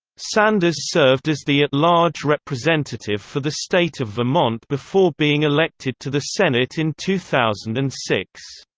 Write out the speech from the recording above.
sanders served as the at-large representative for the state of vermont before being elected to the senate in two thousand and six.